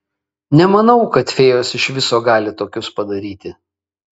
nemanau kad fėjos iš viso gali tokius padaryti